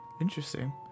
Interesting